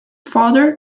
father